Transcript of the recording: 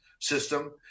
system